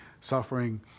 suffering